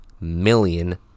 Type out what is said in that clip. million